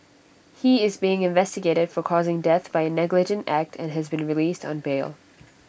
he is being investigated for causing death by A negligent act and has been released on bail